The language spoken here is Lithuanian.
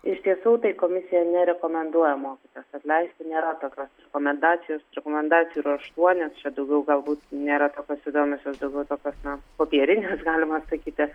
iš tiesų tai komisija nerekomenduoja mokytojos atleisti nėra tokios rekomendacijos rekomendacijų yra aštuonios čia daugiau galbūt nėra tokios įdomios jos daugiau tokios na popierinės galima sakyti